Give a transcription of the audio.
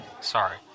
Sorry